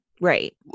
Right